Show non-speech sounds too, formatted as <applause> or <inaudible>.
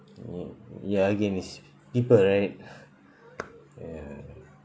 mm ya again it's people right <breath> ya